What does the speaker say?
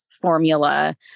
formula